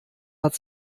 hat